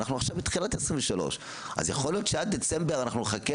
אנחנו עכשיו בתחילת 2023. אז יכול להיות שעד דצמבר נחכה